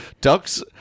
Ducks